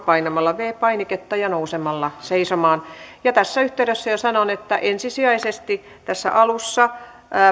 painamalla viides painiketta ja nousemalla seisomaan ja tässä yhteydessä jo sanon että ensisijaisesti tässä alussa